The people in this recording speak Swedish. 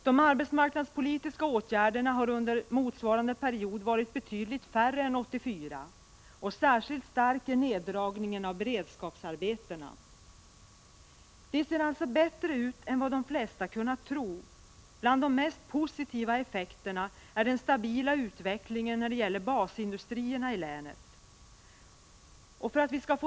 De arbetsmarknadspolitiska åtgärderna har under motsvarande period varit betydligt färre än under 1984. Särskilt stark är neddragningen av beredskapsarbetena. Det ser alltså bättre ut än vad de flesta kunnat tro. Bland de mest positiva effekterna är den stabila utvecklingen vad gäller basindustrierna i länet.